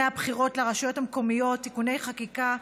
הבחירות לרשויות המקומיות (תיקוני חקיקה),